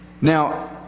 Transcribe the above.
now